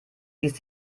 ließ